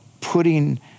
putting